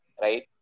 right